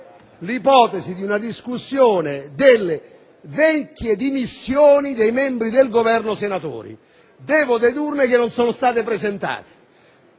l'ipotesi di una discussione delle vecchie dimissioni dei senatori membri del Governo: devo dedurne che non sono state presentate.